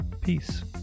peace